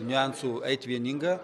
niuansų eiti vieninga